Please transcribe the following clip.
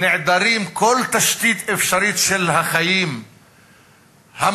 שנעדרים כל תשתית אפשרית של החיים המסורתיים,